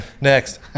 Next